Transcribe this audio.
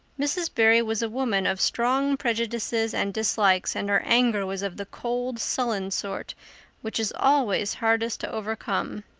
mrs. barry was a woman of strong prejudices and dislikes, and her anger was of the cold, sullen sort which is always hardest to overcome.